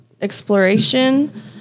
exploration